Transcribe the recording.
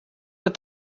what